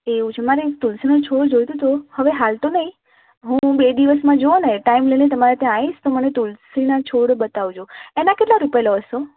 એવું છે મારે એક તુલસીનો છોડ જોઈતો હતો હવે હાલ તો નહીં હું બે દિવસમાં જુઓ ને ટાઇમ લઈને તમારે ત્યાં આવીશ તો મને તુલસીના છોડ બતાવજો એનાં કેટલા રૂપિયા લો છો